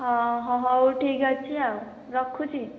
ହଁ ହଁ ହଉ ଠିକ୍ ଅଛି ଆଉ ରଖୁଛି